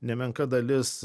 nemenka dalis